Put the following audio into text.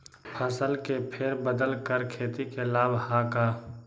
फसल के फेर बदल कर खेती के लाभ है का?